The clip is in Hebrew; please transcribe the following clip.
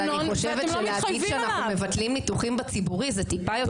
אבל אני חושבת שלהגיד שאנחנו מבטלים ניתוחים בציבורי זה טיפה יותר,